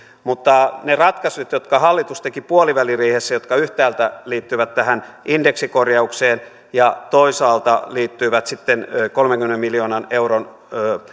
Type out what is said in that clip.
mutta ne ratkaisut jotka hallitus teki puoliväliriihessä jotka yhtäältä liittyivät tähän indeksikorjaukseen ja toisaalta liittyivät sitten kolmenkymmenen miljoonan euron